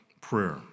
prayer